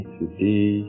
today